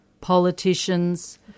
politicians